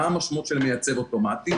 מה המשמעות של מייצב אוטומטי?